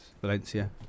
Valencia